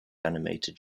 animated